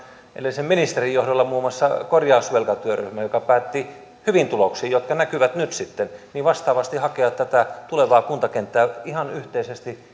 edellisen ministerin johdolla muun muassa korjausvelkatyöryhmä joka päätyi hyviin tuloksiin jotka nyt sitten näkyvät niin olisiko nyt tässä vaiheessa nimenomaan tämä parlamentaarinen demokratia ja sen eteenpäinvieminen tällainen keino vastaavasti hakea tätä tulevaa kuntakenttää ihan yhteisesti